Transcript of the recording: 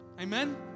amen